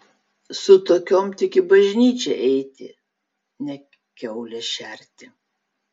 su tokiom tik į bažnyčią eiti ne kiaules šerti